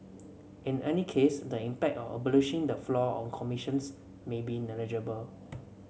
in any case the impact of abolishing the floor on commissions may be negligible